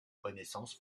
renaissance